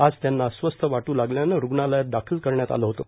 आज त्यांना अस्वस्थ वाटू लागल्यानं रूग्णालयात दाखल करण्यात आलं होतं